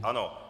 Ano.